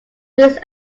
these